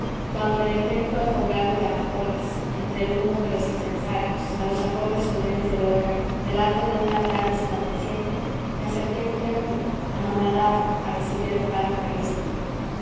cuando en el templo alfombrado de amapolas entre el humo de los incensarios a los acordes solemnes del órgano delante de un altar resplandeciente me acerqué trémulo anonadado a recibir el pan eucarístico